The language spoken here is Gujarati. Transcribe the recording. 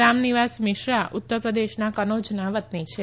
રામનિવાસ મિશ્રા ઉત્તર પ્રદેશના કનોજના વતની છે